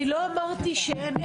אני לא אמרתי שאין.